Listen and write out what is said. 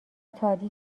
تاریک